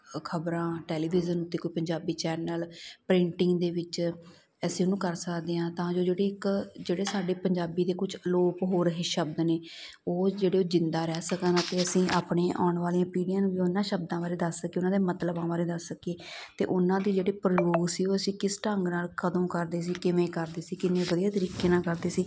ਖਬਰਾਂ ਟੈਲੀਵਿਜ਼ਨ ਅਤੇ ਕੋਈ ਪੰਜਾਬੀ ਚੈਨਲ ਪ੍ਰਿੰਟਿੰਗ ਦੇ ਵਿੱਚ ਅਸੀਂ ਉਹਨੂੰ ਕਰ ਸਕਦੇ ਹਾਂ ਤਾਂ ਜੋ ਜਿਹੜੀ ਇੱਕ ਜਿਹੜੇ ਸਾਡੇ ਪੰਜਾਬੀ ਦੇ ਕੁਛ ਅਲੋਪ ਹੋ ਰਹੇ ਸ਼ਬਦ ਨੇ ਉਹ ਜਿਹੜੇ ਉਹ ਜ਼ਿੰਦਾ ਰਹਿ ਸਕਣ ਅਤੇ ਅਸੀਂ ਆਪਣੇ ਆਉਣ ਵਾਲੀਆਂ ਪੀੜ੍ਹੀਆਂ ਨੂੰ ਵੀ ਉਹਨਾਂ ਸ਼ਬਦਾਂ ਬਾਰੇ ਦੱਸ ਕੇ ਉਹਨਾਂ ਦੇ ਮਤਲਬਾਂ ਬਾਰੇ ਦੱਸ ਸਕੀਏ ਅਤੇ ਉਹਨਾਂ ਦੀ ਜਿਹੜੀ ਪਰਲੋ ਸੀ ਉਹ ਅਸੀਂ ਕਿਸ ਢੰਗ ਨਾਲ ਕਦੋਂ ਕਰਦੇ ਸੀ ਕਿਵੇਂ ਕਰਦੇ ਸੀ ਕਿੰਨੇ ਵਧੀਆ ਤਰੀਕੇ ਨਾਲ ਕਰਦੇ ਸੀ